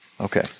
Okay